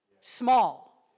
small